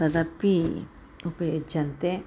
तदपि उपयुज्यन्ते